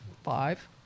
five